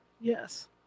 Yes